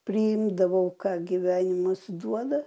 priimdavau ką gyvenimas duoda